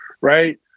right